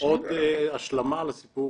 עוד השלמה לסיפור.